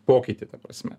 pokytį ta prasme